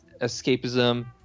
escapism